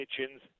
kitchens